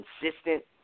consistent